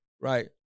right